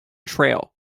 trail